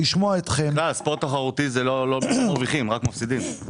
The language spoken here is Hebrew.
בספורט תחרותי לא מרוויחים אלא רק מפסידים.